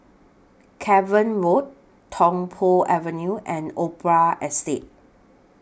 Cavan Road Tung Po Avenue and Opera Estate